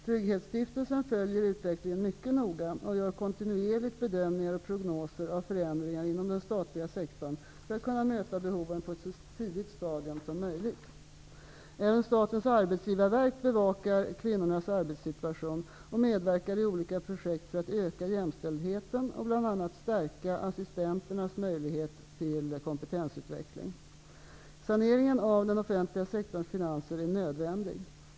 Trygghetsstiftelsen följer utvecklingen mycket noga och gör kontinuerligt bedömningar och prognoser av förändringar inom den statliga sektorn för att kunna möta behoven på ett så tidigt stadium som möjligt. Även Statens arbetsgivarverk bevakar kvinnornas arbetssituation och medverkar i olika projekt för att öka jämställdheten och bl.a. stärka assistenternas möjligheter till kompetensutveckling. Saneringen av den offentliga sektorns finanser är nödvändig.